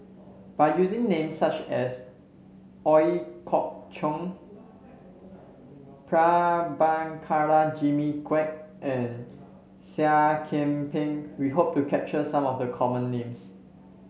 by using names such as Ooi Kok Chuen Prabhakara Jimmy Quek and Seah Kian Peng we hope to capture some of the common names